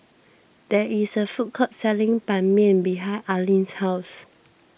there is a food court selling Ban Mian behind Arlin's house